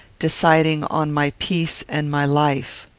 deciding on my peace and my life.